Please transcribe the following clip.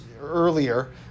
earlier